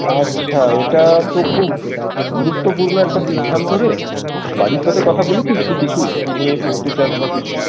আচ্ছা এটা তো খুব গুরুত্বপূর্ণ একটা সিদ্ধান্ত রে বাড়ির সাথে কথা বলেছিস কি কিছু কী নিয়ে পড়তে যাস বা কিছু